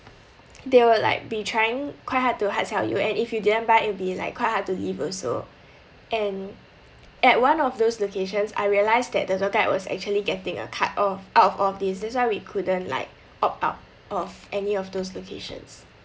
they were like be trying quite hard to hard sell you and if you didn't buy it'll be like quite hard to leave also and at one of those locations I realised that the tour guide was actually getting a cut of out of all of these that's why we couldn't like opt out of any of those locations